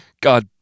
God